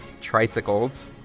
tricycles